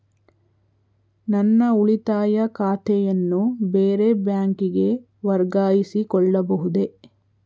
ನನ್ನ ಉಳಿತಾಯ ಖಾತೆಯನ್ನು ಬೇರೆ ಬ್ಯಾಂಕಿಗೆ ವರ್ಗಾಯಿಸಿಕೊಳ್ಳಬಹುದೇ?